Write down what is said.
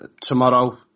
tomorrow